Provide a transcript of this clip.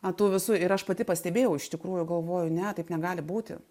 ant tų visų ir aš pati pastebėjau iš tikrųjų galvoju ne taip negali būti